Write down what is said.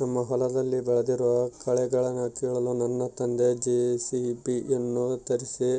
ನಮ್ಮ ಹೊಲದಲ್ಲಿ ಬೆಳೆದಿರುವ ಕಳೆಗಳನ್ನುಕೀಳಲು ನನ್ನ ತಂದೆ ಜೆ.ಸಿ.ಬಿ ಯನ್ನು ತರಿಸಿ